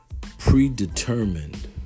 predetermined